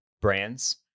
brands